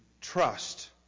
trust